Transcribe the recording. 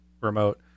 remote